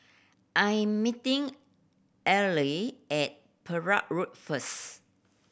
I am meeting Earle at Perak Road first